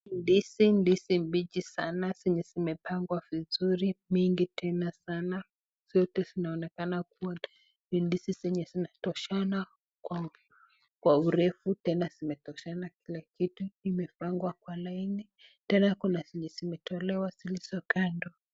Ndizi, ndizi mbichi sana zenye zimepangwa vizuri, mingi tena sana. Zote zinaonekana kuwa ndizi zenye zinatoshana kwa urefu tena zimetoshana kila kitu. Zimepangwa kwa laini, tena kuna zenye zimitolewa, zilizo kando.